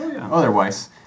Otherwise